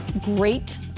great